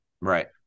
Right